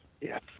Yes